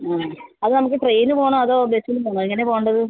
ആ അത് നമുക്ക് ട്രെയിനിന് പോവണോ അതോ ബസ്സിന് പോവണോ എങ്ങനെയാണ് പോവേണ്ടത്